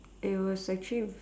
it was actually